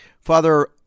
Father